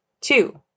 Two